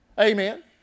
Amen